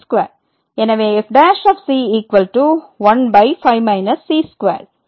எனவே fc15 c2